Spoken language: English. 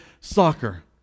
soccer